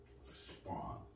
Spawn